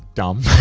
dumb.